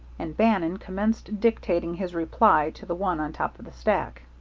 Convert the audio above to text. and bannon commenced dictating his reply to the one on top of the stack.